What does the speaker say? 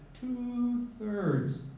two-thirds